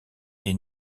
est